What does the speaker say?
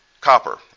Copper